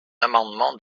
amendement